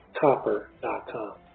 copper.com